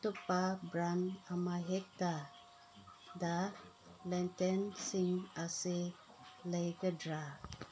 ꯑꯇꯣꯞꯄ ꯕ꯭ꯔꯥꯟ ꯑꯃꯍꯦꯛꯇꯗ ꯂꯦꯟꯇꯦꯟꯁꯤꯡ ꯑꯁꯤ ꯂꯧꯒꯗ꯭ꯔꯥ